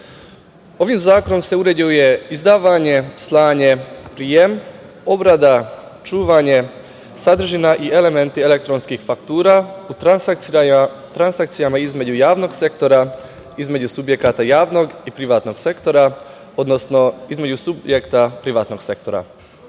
Ovim zakonom se uređuje izdavanje, slanje, prijem, obrada, čuvanje, sadržina i elementi elektronskih faktura, u transakcijama između javnog sektora, između subjekata javnog i privatnog sektora, odnosno između subjekata privatnog sektora. Mislim